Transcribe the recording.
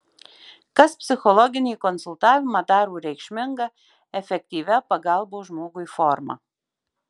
kas psichologinį konsultavimą daro reikšminga efektyvia pagalbos žmogui forma